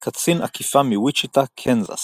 קצין אכיפה מוויצ'יטה, קנזס